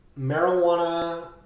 marijuana